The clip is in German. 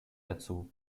dazu